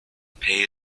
pale